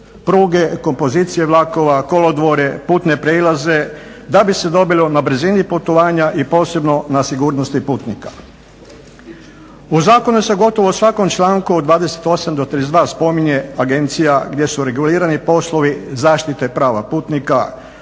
pruge, kompozicije vlakova, kolodvora, putne prilaze da bi se dobilo na brzini putovanja i posebno na sigurnosti putnika. U zakonu se gotovo u svakom članku od 28. do 32. spominje agencija gdje su regulirani poslovi zaštite prava putnika